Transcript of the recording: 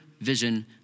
vision